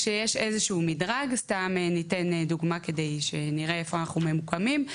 כשיש איזשהו מדרג אני אתן דוגמה כדי שנראה איפה אנחנו ממוקמים.